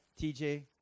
TJ